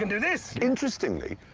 and do this! interestingly,